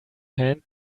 hand